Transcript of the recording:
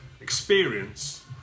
experience